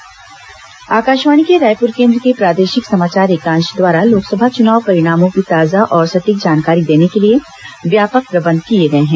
मतगणना विशेष बुलेटिन आकाशवाणी के रायपुर केन्द्र के प्रादेशिक समाचार एकांश द्वारा लोकसभा चुनाव परिणामों की ताजा और सटीक जानकारी देने के लिए व्यापक प्रबंध किए हैं